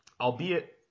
albeit